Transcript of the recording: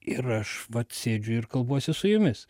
ir aš vat sėdžiu ir kalbuosi su jumis